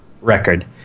record